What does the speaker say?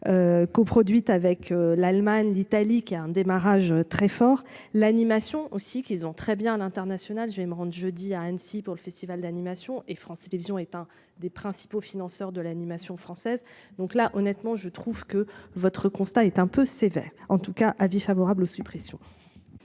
Coproduite avec l'Allemagne, l'Italie qui a un démarrage très fort l'animation aussi qu'ils ont très bien à l'international. Je vais me rendre jeudi à Annecy pour le festival d'animation et France Télévisions est un des principaux financeurs de l'animation française donc là honnêtement je trouve que votre constat est un peu sévère. En tout cas. Avis favorable aux suppressions.